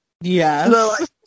Yes